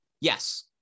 Yes